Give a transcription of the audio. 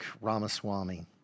Ramaswamy